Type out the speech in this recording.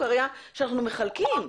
סוכרייה שאנחנו מחלקים.